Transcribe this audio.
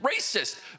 Racist